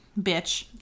bitch